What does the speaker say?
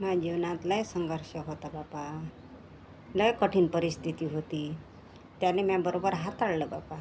माझ्या जीवनात लय संघर्ष होता बापा लय कठीण परिस्थिती होती त्याला म्या बरोबर हाताळलं बापा